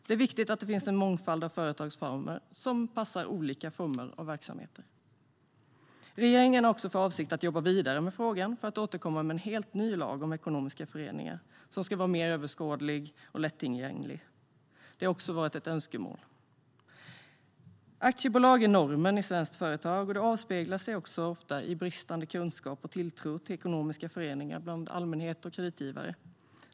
Det är viktigt att det finns en mångfald av företagsformer som passar olika typer av verksamheter. Regeringen har också för avsikt att jobba vidare med frågan för att återkomma med en helt ny lag om ekonomiska föreningar som ska vara mer överskådlig och lättillgänglig. Det har också varit ett önskemål. Aktiebolag är normen i svenskt företagande. Det avspeglar sig ofta i bristande kunskap och tilltro till ekonomiska föreningar bland allmänhet och kreditgivare.